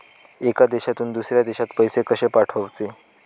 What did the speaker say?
एका देशातून दुसऱ्या देशात पैसे कशे पाठवचे?